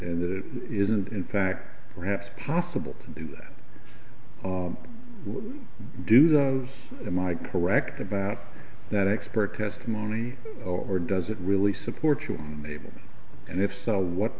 and that it isn't in fact perhaps possible to do that do those am i correct about that expert testimony or does it really support your neighbor and if so what